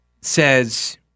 says